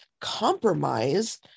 compromise